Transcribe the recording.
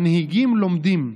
מנהיגים לומדים.